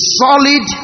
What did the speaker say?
solid